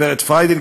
הגברת פריידין,